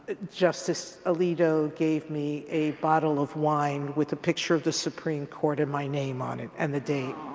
justice alito gave me a bottle of wine with a picture of the supreme court, and my name on it, and the date.